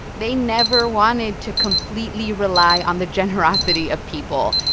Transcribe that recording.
they never wanted to completely rely on the generosity of people.